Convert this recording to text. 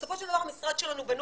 בסופו של דבר המשרד שלנו בנוי,